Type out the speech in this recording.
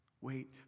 Wait